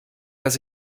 dass